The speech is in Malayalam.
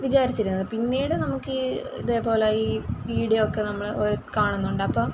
വിചാരിച്ചിരുന്നത് പിന്നീട് നമുക്ക് ഈ ഇതേപോലെ ഈ വീഡിയോ ഒക്കെ നമ്മൾ കാണുന്നുണ്ട് അപ്പം